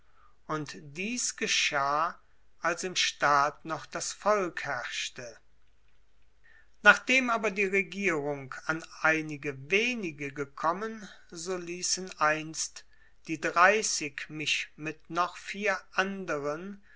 und dies geschah als im staat noch das volk herrschte nachdem aber die regierung an einige wenige gekommen so ließen einst die dreißig mich mit noch vier anderen